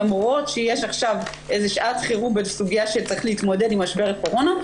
למרות שיש עכשיו שעת חירום בסוגיה שצריך להתמודד עם משבר הקורונה,